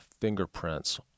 fingerprints